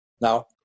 Now